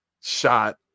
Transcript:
shot